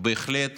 בהחלט